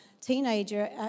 teenager